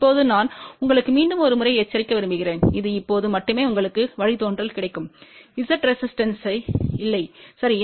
இப்போது நான் உங்களுக்கு மீண்டும் ஒரு முறை எச்சரிக்க விரும்புகிறேன் இது எப்போது மட்டுமே உங்களுக்கு வழித்தோன்றல் கிடைக்கும் Z ரெசிஸ்டன்ஸ் இல்லை சரி